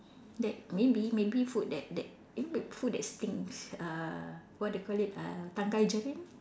that maybe maybe food that that you know food that stinks uh what they called it uh tangkai jering